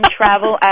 travel